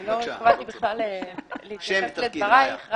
לא התכוונתי בכלל להתייחס לדברייך.